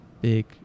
big